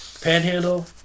Panhandle